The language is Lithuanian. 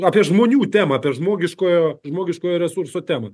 apie žmonių temą apie žmogiškojo žmogiškojo resurso temą